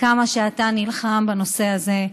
וכמה שאתה נלחם בנושא הזה.